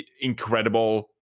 incredible